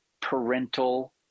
parental